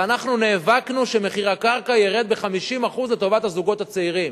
ואנחנו נאבקנו שמחיר הקרקע ירד ב-50% לטובת הזוגות הצעירים.